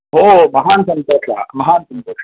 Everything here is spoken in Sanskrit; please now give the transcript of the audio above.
ओ महान् सन्तोषः महान् सन्तोषः